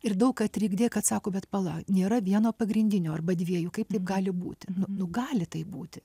ir daug ką trikdė kad sako bet pala nėra vieno pagrindinio arba dviejų kaip tai gali būti nu nu gali taip būti